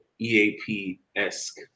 EAP-esque